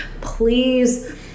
please